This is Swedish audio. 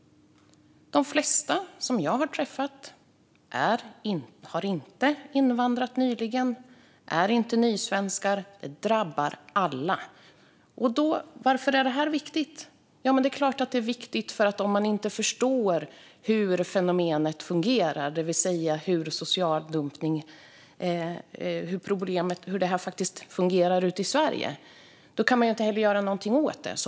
De flesta jag har träffat har inte invandrat nyligen och är inte nysvenskar, utan detta drabbar alla. Varför är då det här viktigt? Jo, det är klart att det är viktigt, för om man inte förstår hur fenomenet fungerar - det vill säga hur problemet social dumpning fungerar ute i Sverige - kan man inte heller göra någonting åt det.